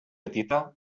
petita